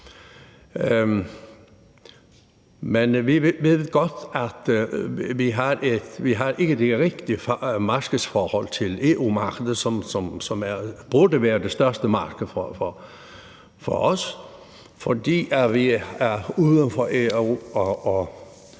Men vi ved godt, at vi ikke har de rigtige markedsforhold i EU, som burde være det største marked for os, fordi vi er uden for EU